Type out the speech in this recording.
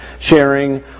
sharing